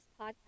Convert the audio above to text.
podcast